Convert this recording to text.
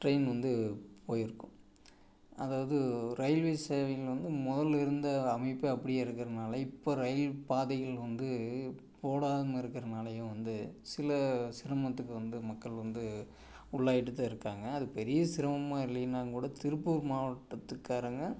train வந்து போய்ருக்கும் அதாவது ரயில்வே சேவைகள் வந்து முதல்ல இருந்த அமைப்பு அப்படியே இருக்கறதுனால இப்போ ரயில் பாதைகள் வந்து போடாமல் இருக்கறதுனாலையும் வந்து சில சிரமத்துக்கு வந்து மக்கள் வந்து உள்ளாகிட்டு தான் இருக்காங்க அது பெரிய சிரமமாக இல்லைனாலும் கூட திருப்பூர் மாவட்டத்துக்காரங்க